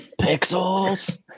Pixels